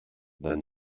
the